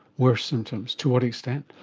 worse symptoms? to what extent?